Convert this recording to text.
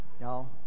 Y'all